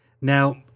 Now